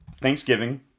Thanksgiving